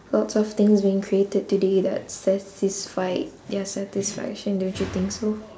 lots of things being created today that satisfied their satisfaction don't you think so